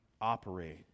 operate